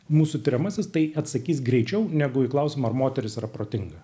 mūsų tiriamasis tai atsakys greičiau negu į klausimą ar moteris yra protinga